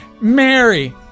Mary